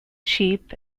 sheep